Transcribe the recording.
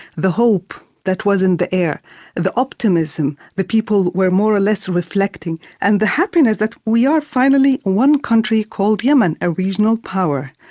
the hope that was in the air, and the optimism the people were more or less reflecting, and the happiness that we are finally one country called yemen, a regional power.